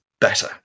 better